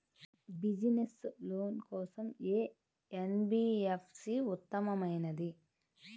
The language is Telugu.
బిజినెస్స్ లోన్ కోసం ఏ ఎన్.బీ.ఎఫ్.సి ఉత్తమమైనది?